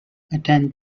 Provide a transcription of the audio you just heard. attend